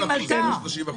עלתה.